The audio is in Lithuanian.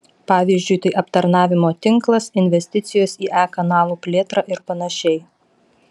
pavyzdžiui tai aptarnavimo tinklas investicijos į e kanalų plėtrą ir panašiai